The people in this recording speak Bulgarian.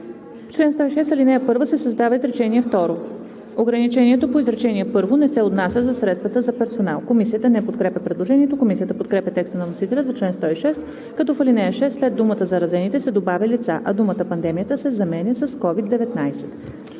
„В чл. 106, ал. 1 се създава изречение второ: „Ограничението по изречение първо не се отнася за средствата за персонал.“ Комисията не подкрепя предложението. Комисията подкрепя текста на вносителя за чл. 106, като в ал. 6 след думата „заразените“ се добавя „лица“, а думата „пандемията“ се заменя с „COVID-19“.